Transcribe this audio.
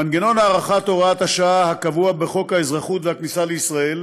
מנגנון הארכת הוראת השעה הקבוע בחוק האזרחות והכניסה לישראל